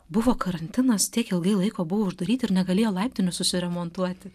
buvo karantinas tiek ilgai laiko buvo uždaryti ir negalėjo laiptinių susiremontuoti